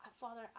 Father